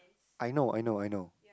I know I know I know